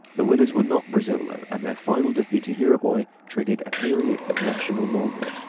the winners were not brazil, though, and their final defeat to uruguay triggered a period of national mourning.